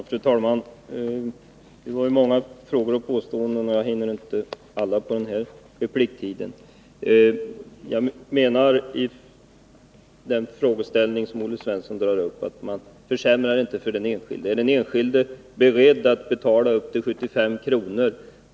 Fru talman! Det var många påståenden och frågor, varför jag inte hinner besvara dem alla under min repliktid. När det gäller Olle Svenssons fråga vill jag säga att det inte blir någon försämring för den enskilde. Är en enskild person beredd att betala upp till 75 kr.